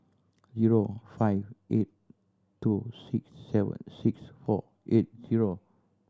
zero five eight two six seven six four eight zero